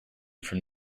from